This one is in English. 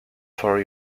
for